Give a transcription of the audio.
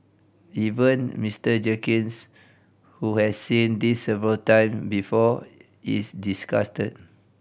even Mister Jenkins who has seen this several time before is disgusted